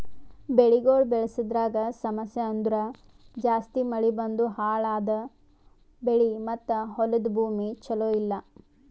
ಬೆಳಿಗೊಳ್ ಬೆಳಸದ್ರಾಗ್ ಸಮಸ್ಯ ಅಂದುರ್ ಜಾಸ್ತಿ ಮಳಿ ಬಂದು ಹಾಳ್ ಆದ ಬೆಳಿ ಮತ್ತ ಹೊಲದ ಭೂಮಿ ಚಲೋ ಇಲ್ಲಾ